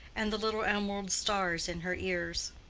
and the little emerald stars in her ears.